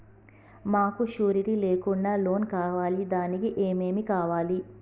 మాకు షూరిటీ లేకుండా లోన్ కావాలి దానికి ఏమేమి కావాలి?